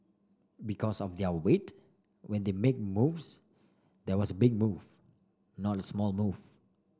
because of their weight when they make moves there was a big move not a small move